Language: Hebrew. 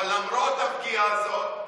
אבל למרות הפגיעה הזאת,